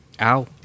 Ow